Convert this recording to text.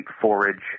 forage